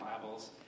Bibles